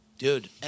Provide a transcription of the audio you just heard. Dude